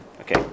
Okay